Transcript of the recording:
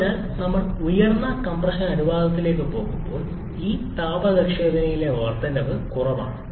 അതിനാൽ നമ്മൾ ഉയർന്ന കംപ്രഷൻ അനുപാതത്തിലേക്ക് പോകുമ്പോൾ ഈ താപ ദക്ഷതയിലെ വർദ്ധനവ് കുറവാണ്